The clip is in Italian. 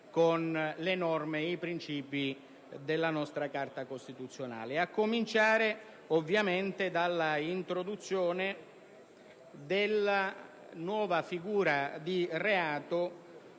con le norme e i principi della nostra Carta costituzionale, a cominciare ovviamente dall'introduzione della nuova figura di reato